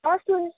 लसुन